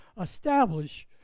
establish